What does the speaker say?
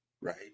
right